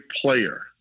player